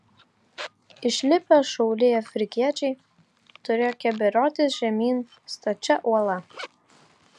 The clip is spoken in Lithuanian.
išlipę šauliai afrikiečiai turėjo keberiotis žemyn stačia uola